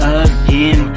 again